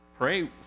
Pray